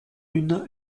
une